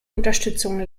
unterstützung